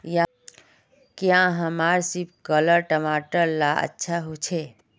क्याँ हमार सिपकलर टमाटर ला अच्छा होछै?